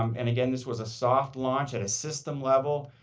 um and again this was a soft launch at a system level.